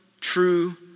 true